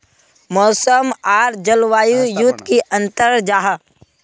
मौसम आर जलवायु युत की अंतर जाहा?